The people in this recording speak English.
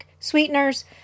sweeteners